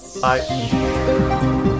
Bye